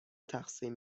تقسیم